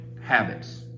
Habits